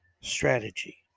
strategy